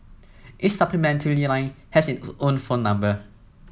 each supplementary line has its own phone number